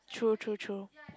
true true true